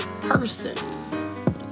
person